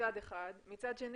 מצד שני